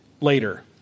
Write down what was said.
later